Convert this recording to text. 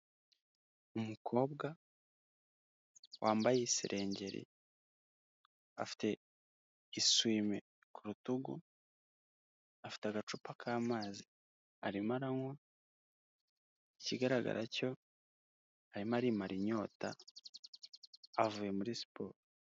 Umukobwa wambaye iserengeri, afite isume ku rutugu, afite agacupa k'amazi arimo aranywa ikigaragara cyo arimo arimara inyota avuye muri siporo.